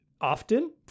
often